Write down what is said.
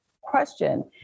question